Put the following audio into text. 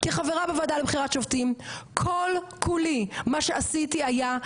כחברה בוועדה לבחירת שופטים כל כולי מה שעשיתי היה,